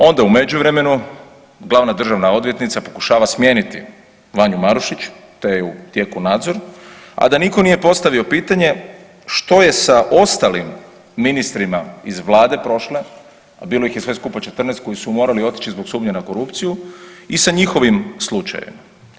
Onda u međuvremenu glavna državna odvjetnica pokušava smijeniti Vanju Marušić te je u tijeku nadzor, a da nitko nije postavio pitanje što je sa ostalim ministrima iz Vlade prošle, a bilo ih je sve skupa 14 koji su morali otići zbog sumnje na korupciju i sa njihovim slučajevima.